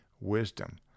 wisdom